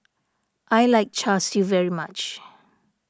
I like Char Siu very much